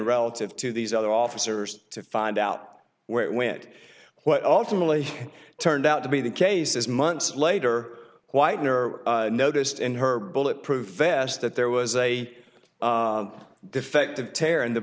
relative to these other officers to find out where it went what ultimately turned out to be the case as months later whitener noticed in her bulletproof vest that there was a defective tear in the